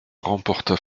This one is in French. remporta